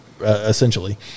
essentially